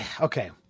okay